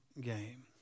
game